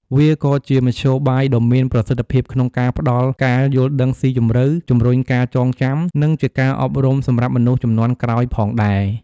វាក៏ជាមធ្យោបាយដ៏មានប្រសិទ្ធភាពក្នុងការផ្តល់ការយល់ដឹងស៊ីជម្រៅ ជំរុញការចងចាំ និងជាការអប់រំសម្រាប់មនុស្សជំនាន់ក្រោយផងដែរ។